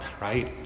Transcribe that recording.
right